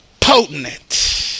potent